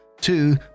two